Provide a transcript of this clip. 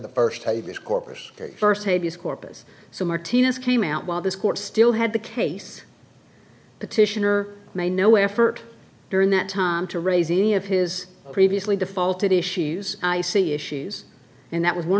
the first tavish corpus the first a b is corpus so martinez came out while this court still had the case petitioner may no effort during that time to raise any of his previously defaulted issues i see issues and that was one